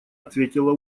ответила